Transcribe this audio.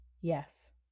Yes